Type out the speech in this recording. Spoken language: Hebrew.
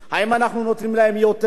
אם אנחנו נותנים להם יותר,